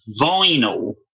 vinyl